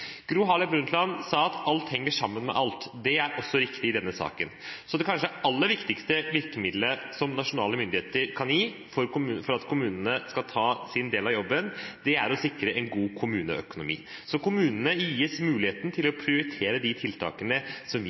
Gro Harlem Brundtland sa at alt henger sammen med alt. Det er også riktig i denne saken. Så det kanskje aller viktigste virkemidlet som nasjonale myndigheter kan gi for at kommunene skal ta sin del av jobben, er å sikre en god kommuneøkonomi så kommunene gis muligheten til å prioritere de tiltakene som